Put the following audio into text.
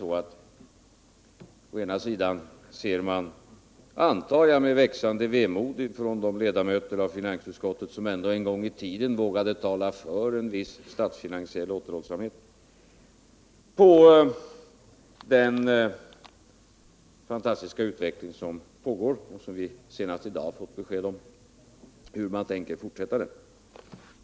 Å ena sidan antar jag att de ledamöter av finansutskottet som ändå en gång vågade tala för en viss statsfinansiell återhållsamhet med växande vemod ser på den fantastiska utveckling som pågår och där vi senast i dag fått besked om hur man tänker fortsätta.